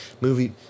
movie